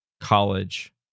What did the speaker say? college